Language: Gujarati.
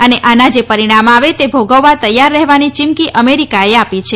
અને આના જે પરિણામ આવે તે ભોગવવા તૈયાર રહેવાની ચીમકી અમેરિકાએ આપી છે